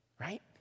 right